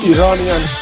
Iranian